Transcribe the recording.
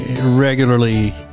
regularly